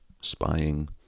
spying